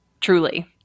Truly